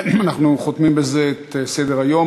אנחנו חותמים בזה את סדר-היום.